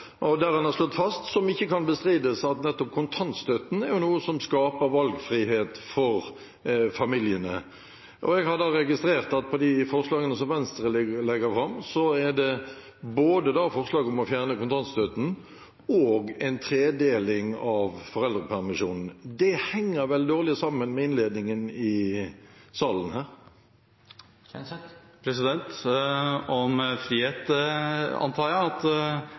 runder der han har slått fast det som ikke kan bestrides, at nettopp kontantstøtten er noe som skaper valgfrihet for familiene. Jeg har registrert at blant de forslagene som Venstre legger fram, er det forslag både om å fjerne kontantstøtten og om en tredeling av foreldrepermisjonen. Det henger vel dårlig sammen med innledningen i salen her? Jeg antar at representanten sikter til frihet.